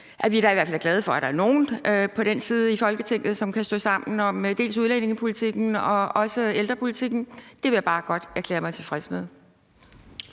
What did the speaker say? fald glade for, at der er nogle på den side i Folketinget, som kan stå sammen om dels udlændingepolitikken, dels ældrepolitikken. Det vil jeg bare godt erklære mig tilfreds med.